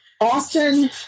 Austin